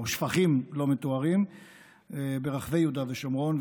שפכים לא מטוהרים ברחבי יהודה ושומרון,